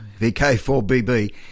VK4BB